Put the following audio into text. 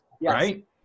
right